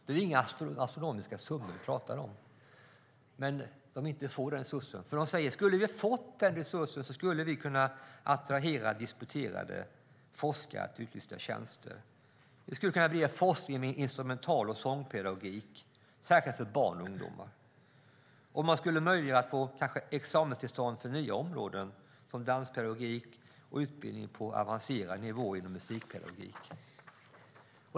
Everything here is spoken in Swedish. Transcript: Det är inga astronomiska summor vi pratar om, men de säger att om de skulle ha fått den resursen skulle de ha kunnat attrahera disputerade forskare till utlysta tjänster, de skulle kunna bedriva forskning i instrumental och sångpedagogik särskilt för barn och ungdomar, och de skulle kunna ha möjlighet att få examenstillstånd för nya områden som danspedagogik och utbildning på avancerad nivå inom musikpedagogik.